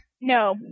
No